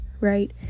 Right